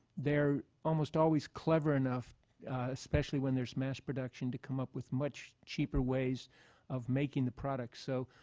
they're almost always clever enough especially when there's mass production to come up with much cheaper ways of making the product. so,